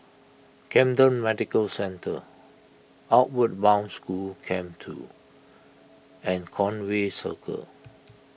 Camden Medical Centre Outward Bound School Camp two and Conway Circle